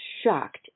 shocked